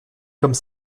comme